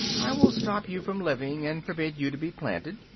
i will stop you from living, and forbid you to be planted,